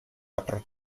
upper